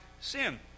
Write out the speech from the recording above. sin